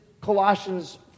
Colossians